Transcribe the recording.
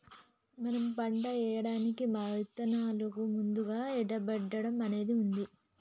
మనం పంట ఏయడానికి మా ఇత్తనాలను ముందుగా ఎండబెట్టడం అనేది ఉన్నది